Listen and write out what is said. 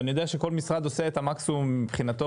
ואני יודע שכל משרד עושה את המקסימום מבחינתו,